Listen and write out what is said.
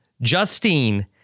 Justine